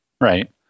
Right